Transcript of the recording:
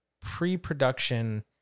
pre-production